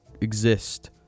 exist